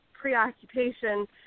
preoccupation